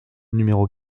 numéro